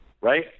Right